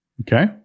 Okay